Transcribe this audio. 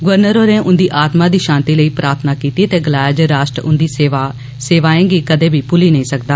governor होरें उन्दी आत्मा दी षांति लेई प्रार्थना कीती ते गलाया जे राश्ट्र उन्दी सेवाएं गी कदें बी भुल्ली नेई सकदा